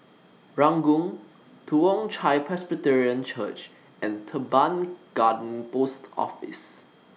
Ranggung Toong Chai Presbyterian Church and Teban Garden Post Office